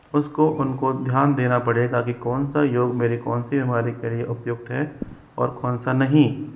उसको उन को ध्यान देना पड़ेगा कि कौन सा योग मेरी कौन सी बीमारी के लिए उपयुक्त है और कौन सा नहीं